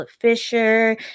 Fisher